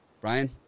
Brian